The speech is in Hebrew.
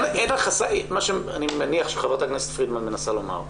אני מניח שחברת הכנסת פרידמן מנסה לומר,